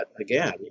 again